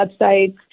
websites